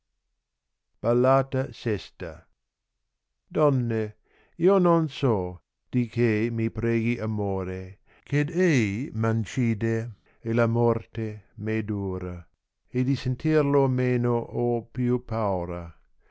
ballata vl lionne io non so di che mi preghi amore ched ei m ancide e la morte m è dotas e di sentirlo meno ho più paura